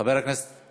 חבר הכנסת